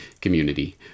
community